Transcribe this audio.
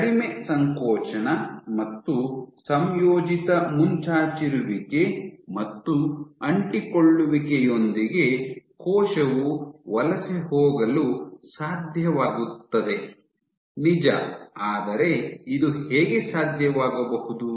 ಕಡಿಮೆ ಸಂಕೋಚನ ಮತ್ತು ಸಂಯೋಜಿತ ಮುಂಚಾಚಿರುವಿಕೆ ಮತ್ತು ಅಂಟಿಕೊಳ್ಳುವಿಕೆಯೊಂದಿಗೆ ಕೋಶವು ವಲಸೆ ಹೋಗಲು ಸಾಧ್ಯವಾಗುತ್ತದೆ ನಿಜ ಆದರೆ ಇದು ಹೇಗೆ ಸಾಧ್ಯ ವಾಗಬಹುದು